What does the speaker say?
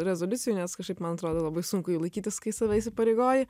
rezoliucijų nes kažkaip man atrodo labai sunku jų laikytis kai save įsipareigoji